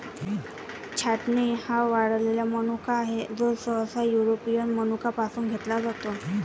छाटणी हा वाळलेला मनुका आहे, जो सहसा युरोपियन मनुका पासून घेतला जातो